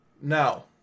Now